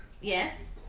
Yes